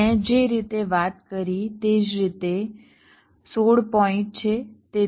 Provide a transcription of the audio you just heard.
મેં જે રીતે વાત કરી તે જ રીતે 16 પોઇન્ટ છે